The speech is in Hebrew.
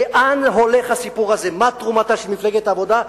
לאן הולך הסיפור הזה, מה תרומתה של מפלגת העבודה.